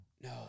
No